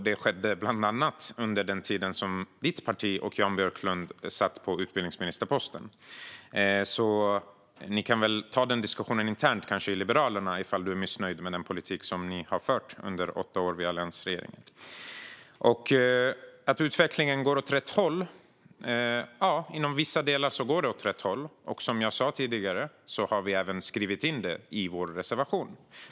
Det skedde bland annat under den tid då ditt parti och Jan Björklund satt på utbildningsministerposten. Ni kanske kan ta den diskussionen internt i Liberalerna ifall du är missnöjd med den politik som ni förde under åtta år med alliansregering. När det gäller att utvecklingen går åt rätt håll gör den det i vissa delar. Som jag sa tidigare har vi även skrivit in detta i vår reservation.